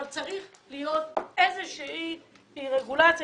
אבל צריכה להיות איזושהי רגולציה,